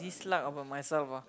dislike about myself ah